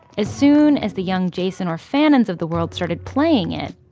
as soon as the young jason orfanons of the world started playing it,